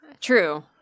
True